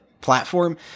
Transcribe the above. platform